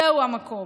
זהו המקום.